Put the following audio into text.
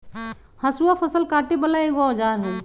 हसुआ फ़सल काटे बला एगो औजार हई